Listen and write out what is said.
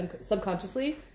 subconsciously